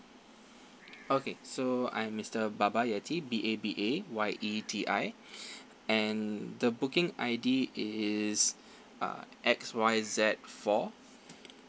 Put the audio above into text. okay so I'm mister babayeti B A B A Y E T I and the booking I_D is uh X Y Z four